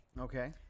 Okay